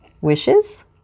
wishes